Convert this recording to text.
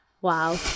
wow